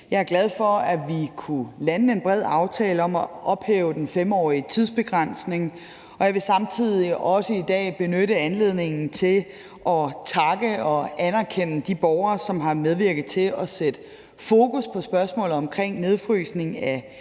Jeg er glad for, at vi kunne lande en bred aftale om at ophæve den 5-årige tidsbegrænsning, og jeg vil samtidig også i dag benytte anledningen til at takke og anerkende de borgere, som har medvirket til at sætte fokus på spørgsmålet omkring nedfrysningen af